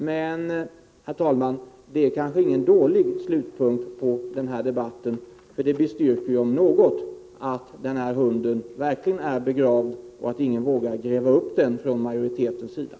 Men, herr talman, det är kanske ingen dålig slutpunkt på den här debatten, för det bestyrker om något intrycket att den här hunden är begraven och att ingen inom majoriteten vågar gräva upp den.